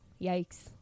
yikes